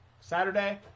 Saturday